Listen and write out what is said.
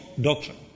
doctrine